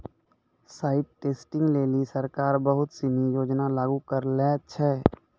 site testing लेलि सरकार बहुत सिनी योजना लागू करलें छै